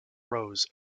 rose